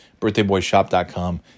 birthdayboyshop.com